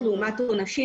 התקנות,